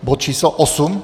Bod číslo 8?